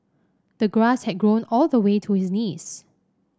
the grass had grown all the way to his knees